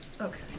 Okay